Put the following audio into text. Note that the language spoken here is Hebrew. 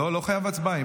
לא חייב הצבעה.